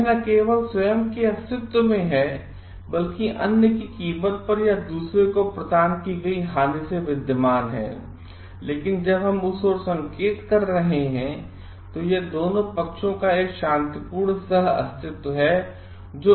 यह न केवल स्वयं के अस्तित्व में है बल्कि अन्य की कीमत पर या दूसरे को प्रदान की गई हानि से विद्यमान है लेकिन जब हम उस ओर संकेत कर रहे हैं तो यह दोनों पक्षों का एक शांतिपूर्ण सह अस्तित्व है